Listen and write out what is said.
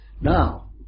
Now